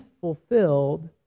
fulfilled